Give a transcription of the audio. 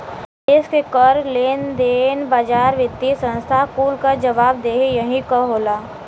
देस के कर, लेन देन, बाजार, वित्तिय संस्था कुल क जवाबदेही यही क होला